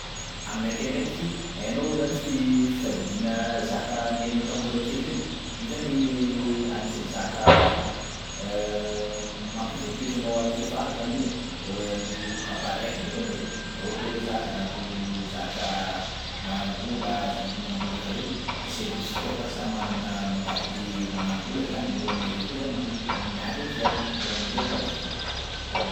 Aminakay ndraiky hainao zany fite- fitadidiana zaka am'ianao tam'mbola kely reny, io zany anisany zaka mampiovy toetranao aty afara zany io ameko kabary raiky bôka anareo raha ohatra hoe za zanak'olo zatra manam-bola, zanak'olo manam-bola karaha reny de c'est lôzika basy za manana mentalité manam-bola zany e mora aminakay koa zany mo- miady am'fiaina, mora aminakay mitady vola karaha za-.